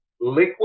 liquid